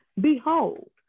Behold